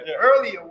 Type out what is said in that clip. Earlier